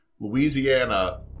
Louisiana